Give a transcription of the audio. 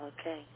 Okay